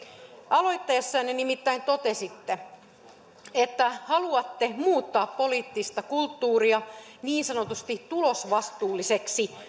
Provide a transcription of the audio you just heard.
aloittaessanne te totesitte että haluatte muuttaa poliittista kulttuuria niin sanotusti tulosvastuulliseksi